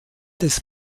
des